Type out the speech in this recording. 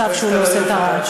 הכנסת יעל גרמן,